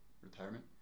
retirement